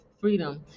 Freedom